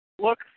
Look